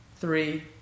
three